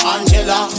Angela